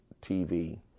TV